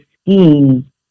scheme